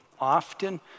often